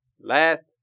Last